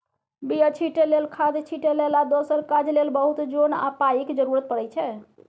बीया छीटै लेल, खाद छिटै लेल आ दोसर काज लेल बहुत जोन आ पाइक जरुरत परै छै